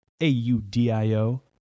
A-U-D-I-O